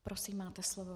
Prosím, máte slovo.